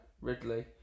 Ridley